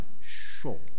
sure